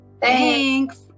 Thanks